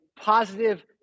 positive